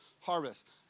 harvest